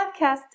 podcast